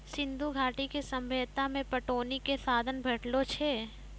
सिंधु घाटी के सभ्यता मे पटौनी के साधन भेटलो छै